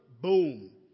Boom